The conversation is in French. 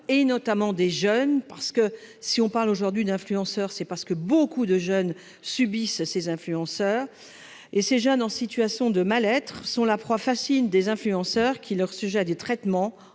et notamment des jeunes parce que si on parle aujourd'hui d'influenceurs c'est parce que beaucoup de jeunes subissent ces influenceurs et ces jeunes en situation de mal-être sont la proie facile des influenceurs qui leur sujet à des traitements